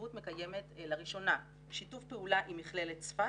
הנציבות מקיימת לראשונה שיתוף פעולה עם מכללת צפת,